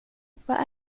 vad